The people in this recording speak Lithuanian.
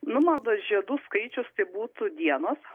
nu manau žiedų skaičius tai būtų dienos